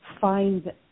find